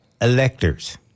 electors